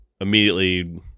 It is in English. immediately